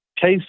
case